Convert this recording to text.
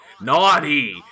Naughty